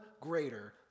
greater